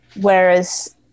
Whereas